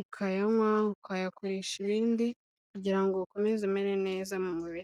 ukayanywa, ukayakoresha ibindi kugira ngo ukomeze umere neza mu mubiri.